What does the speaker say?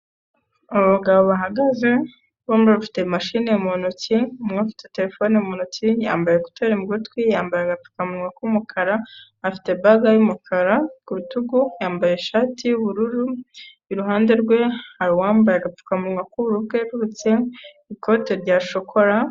Abagabo bahagaze bombi bafite mashini mu ntoki umwe ufite afite terefone mu ntoki, yambaye kuteri mu gutwi, yambaye agapfukamunwa k'umukara, afite bage y'umukara ku rutugu yambaye ishati y'ubururu iruhande rwe hari uwambaye agapfukamunwa k'uburur bwererutse, ikote rya shokora.